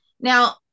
Now